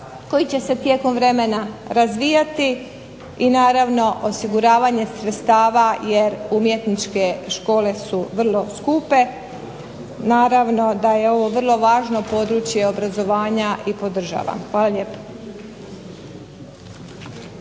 koji će se tijekom vremena razvijati i naravno osiguravanje sredstava jer umjetničke škole su vrlo skupe, naravno da je ovo vrlo važno područje obrazovanja i podržavam. Hvala lijepo.